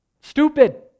stupid